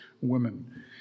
women